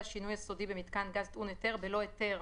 שינוי יסודי במיתקן טעון היתר בלא היתר